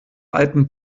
alten